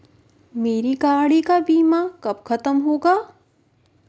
मेरे गाड़ी का बीमा कब खत्म होगा?